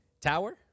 tower